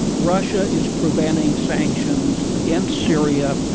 russia is preventing sanctions against syria,